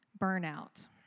Burnout